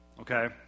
okay